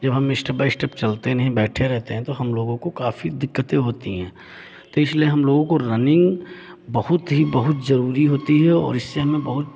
जब हम step by step चलते नहीं बैठे रहते हैं तो हम लोगों को काफ़ी दिक्कतें होती है तो इसलिए हम लोगों को रनिंग बहुत ही बहुत ज़रूरी होती है और इससे हमें बहुत